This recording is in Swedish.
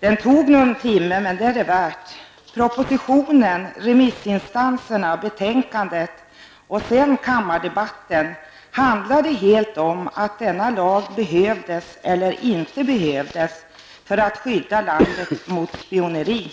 Det tog någon timme för mig att läsa den, men det var det värt. Propositionen, remissinstanserna, betänkandet och sedan kammardebatten handlade helt om att denna lag behövdes -- eller inte behövdes -- för att skydda landet mot spioneri.